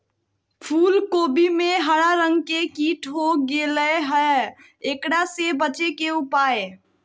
फूल कोबी में हरा रंग के कीट हो गेलै हैं, एकरा से बचे के उपाय?